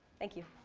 thank you.